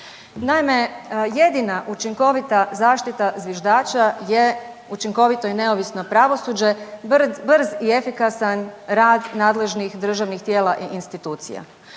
Naime, jedina učinkovita zaštita zviždača je učinkovito i neovisno pravosuđe, brz i efikasan rad nadležnih državnih tijela i institucija.